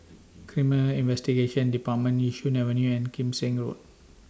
Criminal Investigation department Yishun Avenue and Kim Seng Road